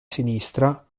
sinistra